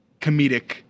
comedic